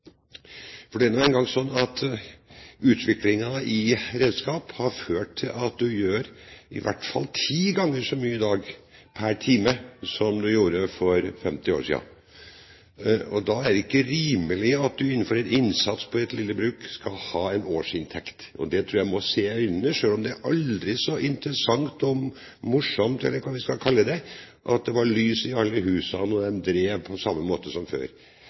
fortsette. Det er nå en gang sånn at utviklingen av redskap har ført til at du gjør i hvert fall ti ganger så mye i dag per time som du gjorde for 50 år siden. Da er det ikke rimelig at du innenfor en innsats på et lite bruk skal ha en årsinntekt. Det tror jeg en må se i øynene selv om det er aldri så interessant og morsomt, eller hva man skal kalle det, at det var «lys i alle husan» og at en drev på samme måte som før.